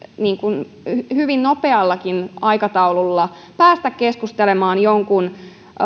hyvin nopeallakin aikataululla päästä keskustelemaan jonkun